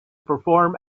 perform